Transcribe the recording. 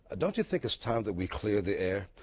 don't you think it's time that we clear the air?